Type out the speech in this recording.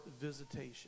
visitation